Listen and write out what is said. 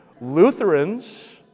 Lutherans